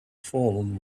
fallen